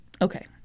okay